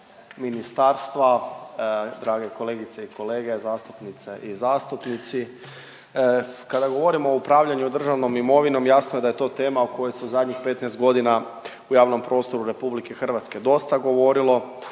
ministarstva, drage kolegice i kolege zastupnice i zastupnici. Kada govorimo o upravljanju državnom imovinom jasno je da je to tema o kojoj se u zadnjih 15 godina u javnom prostoru Republike Hrvatske dosta govorilo,